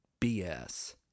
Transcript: BS